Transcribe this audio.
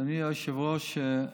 אדוני היושב-ראש,